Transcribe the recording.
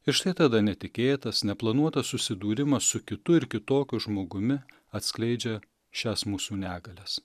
ir štai tada netikėtas neplanuotas susidūrimas su kitu ir kitokiu žmogumi atskleidžia šias mūsų negalias